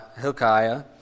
Hilkiah